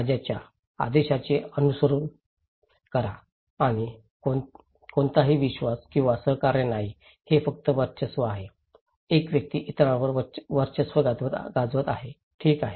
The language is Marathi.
राजाच्या आदेशाचे अनुसरण करा आणि कोणताही विश्वास किंवा सहकार्य नाही हे फक्त वर्चस्व आहे एक व्यक्ती इतरांवर वर्चस्व गाजवत आहे ठीक आहे